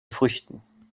früchten